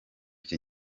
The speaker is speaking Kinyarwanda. iki